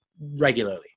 regularly